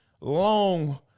long